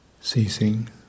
ceasing